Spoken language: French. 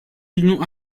l’union